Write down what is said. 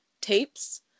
tapes